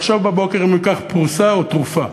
לחשוב בבוקר אם הוא ייקח פרוסה או תרופה,